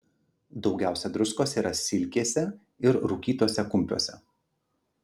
daugiausia druskos yra silkėse ir rūkytuose kumpiuose